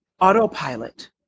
autopilot